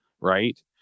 right